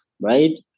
right